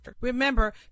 Remember